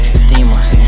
steamers